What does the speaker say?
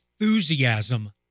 enthusiasm